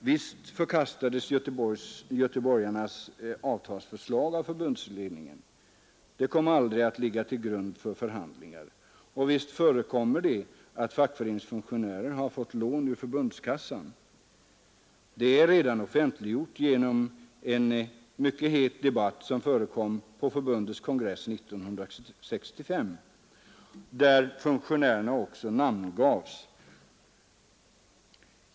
Visst förkastades göteborgarnas avtalsförslag av förbundsledningen. Det kom aldrig att ligga till grund för förhandlingarna. Och visst förekommer det att fackföreningsfunktionärer har fått lån ur förbundskassan. Det är redan offentliggjort genom en mycket het debatt, som förekom på förbundets kongress 1965, där funktionärerna också namngavs.